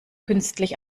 künstlich